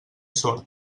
sord